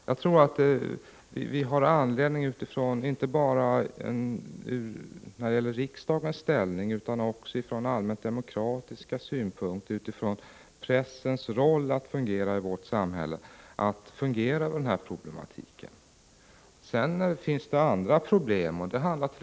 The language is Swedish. Jag tror att vi — inte bara med tanke på riksdagens ställning utan också från allmänt demokratiska utgångspunkter, t.ex. när det gäller pressens roll i vårt samhälle — har anledning att fundera över den problematiken. Sedan finns det andra problem.